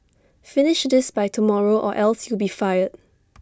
finish this by tomorrow or else you'll be fired